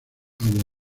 agua